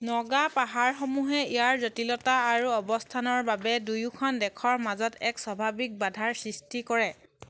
নগা পাহাৰসমূহে ইয়াৰ জটিলতা আৰু অৱস্থানৰ বাবে দুয়োখন দেশৰ মাজত এক স্বাভাৱিক বাধাৰ সৃষ্টি কৰে